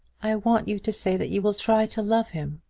i want you to say that you will try to love him.